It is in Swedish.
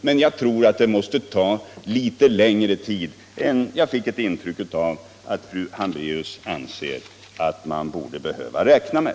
Men jag tror att det tar litet längre tid än vad jag fick ett intryck av att fru Hambraeus anser att man borde behöva räkna med.